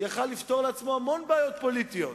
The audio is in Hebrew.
היה יכול לפתור לעצמו המון בעיות פוליטיות